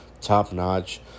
top-notch